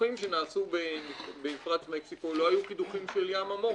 הקידוחים שנעשו במפרץ מקסיקו לא היו קידוחים של ים עמוק.